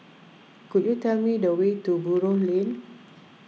could you tell me the way to Buroh Lane